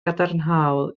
gadarnhaol